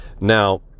now